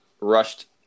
rushed